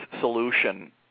solution